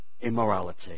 immorality